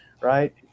Right